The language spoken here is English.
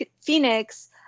Phoenix